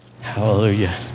Hallelujah